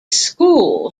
school